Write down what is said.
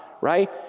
right